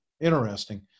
interesting